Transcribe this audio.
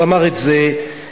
הוא אמר את זה ביחס,